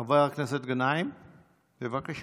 חבר הכנסת גנאים, בבקשה.